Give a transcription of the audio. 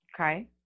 okay